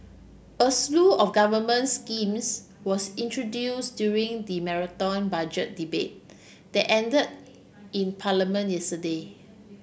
a slew of government schemes was introduce during the Marathon Budget Debate that ended in Parliament yesterday